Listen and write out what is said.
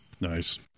Nice